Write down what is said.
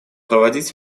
проводить